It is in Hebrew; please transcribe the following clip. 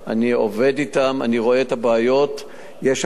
אני עובד אתם, אני רואה את הבעיות שיש שם.